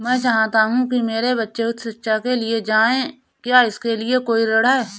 मैं चाहता हूँ कि मेरे बच्चे उच्च शिक्षा के लिए जाएं क्या इसके लिए कोई ऋण है?